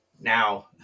now